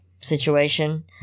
situation